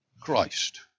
Christ